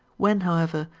when, however,